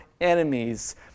enemies